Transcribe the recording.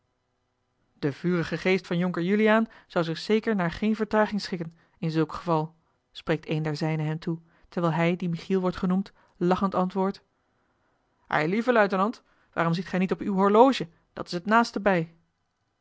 de vurige geest van jonker juliaan zou zich zeker naar geen vertraging schikken in zulk geval spreekt een der zijnen hem toe terwijl hij die michiel wordt genoemd lachend antwoordt eilieve luitenant waarom ziet gij niet op uw horloge dat is het naaste bij